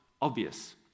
obvious